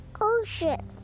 ocean